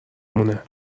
مونه